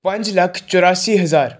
ਪੰਜ ਲੱਖ ਚੁਰਾਸੀ ਹਜ਼ਾਰ